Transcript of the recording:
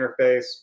interface